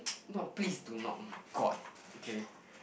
no please do not oh-my-god okay